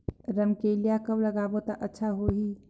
रमकेलिया कब लगाबो ता अच्छा होही?